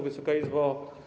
Wysoka Izbo!